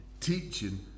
teaching